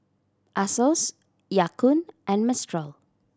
Asos Ya Kun and Mistral